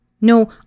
No